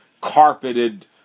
carpeted